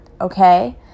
okay